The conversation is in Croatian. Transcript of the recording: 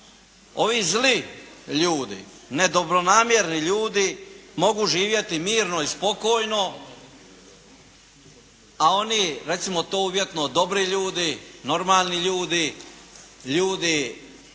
ovi zli ljudi, nedobronamjerni ljudi, mogu živjeti mirno i spokojno, a oni recimo to uvjetno, dobri ljudi, normalni ljudi, ljudi